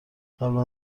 قبلا